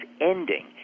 ending